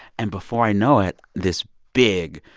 and before i know it, this big,